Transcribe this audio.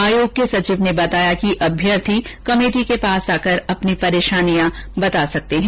आयोग के सचिव ने बताया कि अभ्यर्थी कमेटी के पास आकर अपनी परेशानियां बता सकते हैं